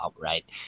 right